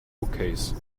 bookcase